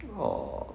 orh